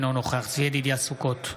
אינו נוכח צבי ידידיה סוכות,